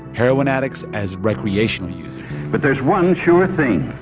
heroin addicts as recreational users but there's one sure thing.